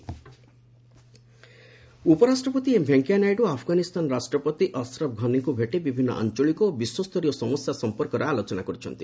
ନାମ୍ ନାଇଡ଼ୁ ଘନି ଉପରାଷ୍ଟ୍ରପତି ଏମ୍ ଭେଙ୍କୟା ନାଇଡୁ ଆଫଗାନିସ୍ତାନ ରାଷ୍ଟ୍ରପତି ଅସରଫ ଘନୀଙ୍କୁ ଭେଟି ବିଭିନ୍ନ ଆଞ୍ଚଳିକ ଓ ବିଶ୍ୱସ୍ତରୀୟ ସମସ୍ୟା ସମ୍ପର୍କରେ ଆଲୋଚନା କରିଛନ୍ତି